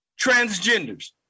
transgenders